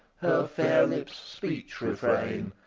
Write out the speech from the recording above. fair lips' speech refrain,